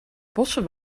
bossen